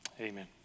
amen